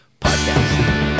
podcast